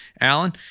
Alan